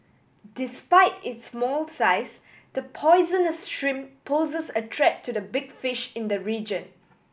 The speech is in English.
despite its small size the poisonous shrimp poses a threat to the big fish in the region